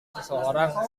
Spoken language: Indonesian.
seseorang